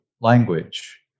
language